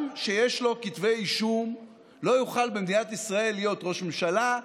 אדם שיש לו כתבי אישום לא יוכל להיות ראש ממשלה,